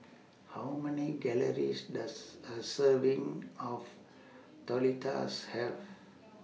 How Many Calories Does A Serving of Have